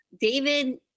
David